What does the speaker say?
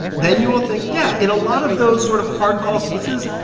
then you will think, yeah. in a lot of those sort of hard-call cases,